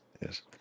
Yes